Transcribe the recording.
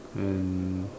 and